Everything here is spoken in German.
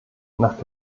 nach